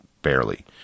Barely